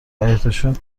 حیاطشون